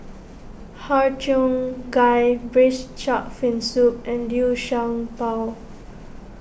Har Cheong Gai Braised Shark Fin Soup and Liu Sha Bao